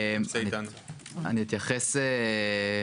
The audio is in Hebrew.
מה שלנו היה חשוב והוא גם בא לידי ביטוי בהצעת